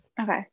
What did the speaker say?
Okay